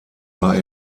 war